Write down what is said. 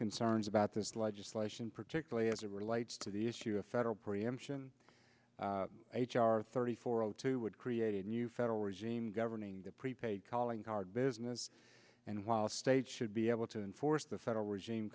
concerns about this legislation particularly as it relates to the issue of federal preemption h r thirty four zero two would create a new federal regime governing the prepaid calling card business and while the state should be able to enforce the federal regime